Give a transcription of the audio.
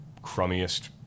crummiest